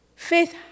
Faith